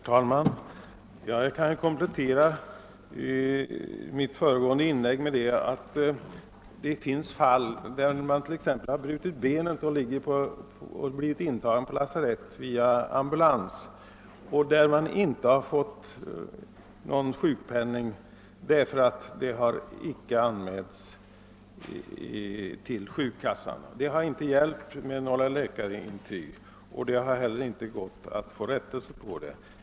Herr talman! Jag kan komplettera mitt föregående inlägg med att påpeka att det finns fall där en person brutit benet och intagits på lasarett med ambulans men inte fått någon sjukpenning därför att olycksfallet icke anmälts till sjukkassan. Det har inte hjälpt med några läkarintyg — det har över huvud taget inte gått att få till stånd en rättelse.